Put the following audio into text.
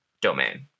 domain